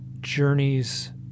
journeys